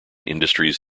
industries